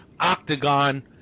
Octagon